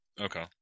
okay